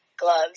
gloves